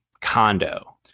condo